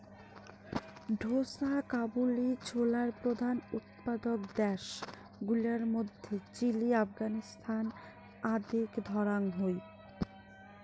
ঢোসা কাবুলি ছোলার প্রধান উৎপাদক দ্যাশ গুলার মইধ্যে চিলি, আফগানিস্তান আদিক ধরাং হই